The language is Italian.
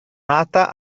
nata